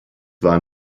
war